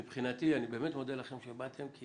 מבחינתי אני באמת מודה לכם שבאתם.